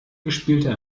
gespielter